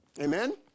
amen